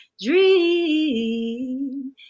dream